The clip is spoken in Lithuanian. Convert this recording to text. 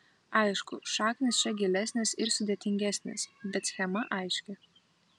aišku šaknys čia gilesnės ir sudėtingesnės bet schema aiški